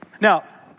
Now